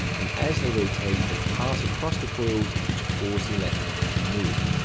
and as they rotate, they pass across the coils, which force electrons to move.